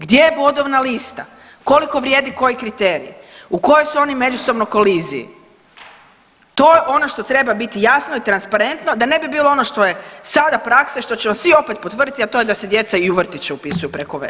Gdje je bodovna lista, koliko vrijedi koji kriterij, u kojoj su oni međusobno koliziji, to je ono što treba biti jasno i transparentno da ne bi bilo ono što je sada praksa i što ćemo svi opet potvrditi, a to je da se djeca i u vrtić upisuju preko veze.